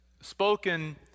spoken